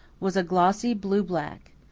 was a glossy blue-black.